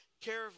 care